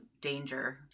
danger